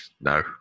no